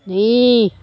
नै